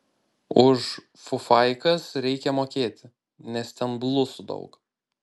už fufaikas reikia mokėti nes ten blusų daug